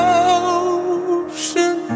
ocean